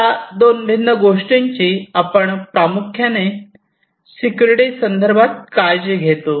या दोन भिन्न गोष्टींची आपण प्रामुख्याने सिक्युरिटी संदर्भात काळजी घेतो